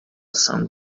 some